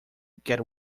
get